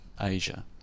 Asia